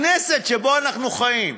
הכנסת שבה אנחנו חיים,